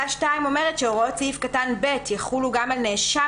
הוראות סעיף קטן (2): "(2)הוראות סעיף קטן (ב) יחולו גם על נאשם